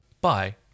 Bye